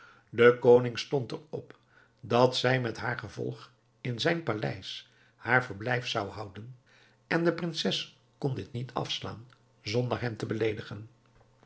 de koning stond er op dat zij met haar gevolg in zijn paleis haar verblijf zou houden en de prinses kon dit niet afslaan zonder hem te beleedigen